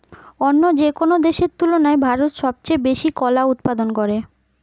অন্য যেকোনো দেশের তুলনায় ভারত সবচেয়ে বেশি কলা উৎপাদন করে